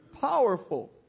powerful